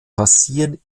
passieren